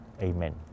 amen